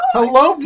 Hello